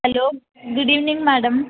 hello good evening madam